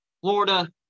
Florida